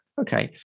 Okay